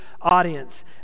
audience